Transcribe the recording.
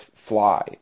fly